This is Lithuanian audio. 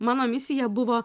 mano misija buvo